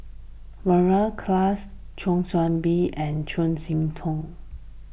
Mary Klass Kwa Soon Bee and Chuang Hui Tsuan